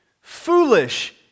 foolish